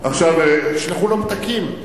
תשלחו לו פתקים.